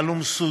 אבל הוא מסודר